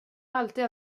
alltid